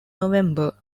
november